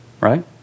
Right